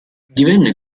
divenne